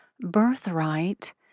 birthright